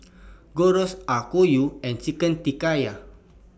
Gyros Okayu and Chicken